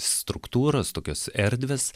struktūros tokios erdvės